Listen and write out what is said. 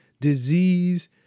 disease